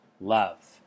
love